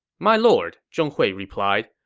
my lord, zhong hui replied,